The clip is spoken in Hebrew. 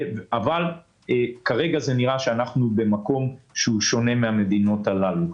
אבל כרגע נראה שאנחנו במקום שהוא שונה מן המדינות הללו.